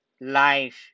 life